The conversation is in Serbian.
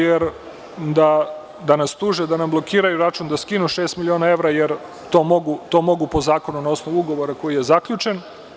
Jer, mogu da nas tuže, da nam blokiraju račun, da nam skinu šest miliona evra, a to mogu po zakonu i na osnovu ugovora koji je zaključen.